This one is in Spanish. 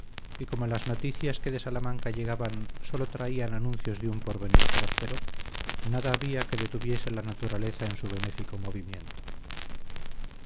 y como las noticias que de salamanca llegaban sólo traían anuncios de un porvenir próspero nada había que detuviese la naturaleza en su benéfico movimiento